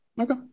Okay